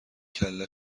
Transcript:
کله